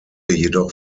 jedoch